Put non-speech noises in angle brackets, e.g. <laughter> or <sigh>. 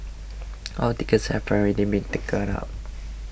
all tickets have already been taken up <noise>